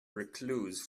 recluse